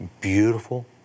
beautiful